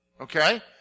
Okay